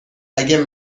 اگه